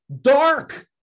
dark